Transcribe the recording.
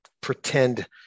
pretend